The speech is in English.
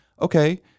okay